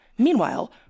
Meanwhile